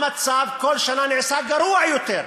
המצב כל שנה נעשה גרוע יותר.